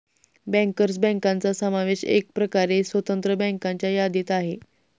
bankers बँकांचा समावेश एकप्रकारे स्वतंत्र बँकांच्या यादीत आहे